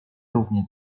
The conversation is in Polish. równie